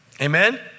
Amen